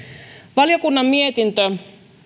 valiokunnan mietintö